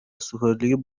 سوپرلیگ